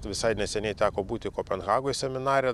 visai neseniai teko būti kopenhagoj seminare